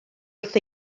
wrth